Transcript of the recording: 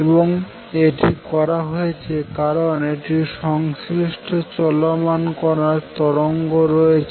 এবং এটি করা হয়েছে কারন এটির সংশ্লিষ্ট একটি চলমান কণার তরঙ্গ রয়েছে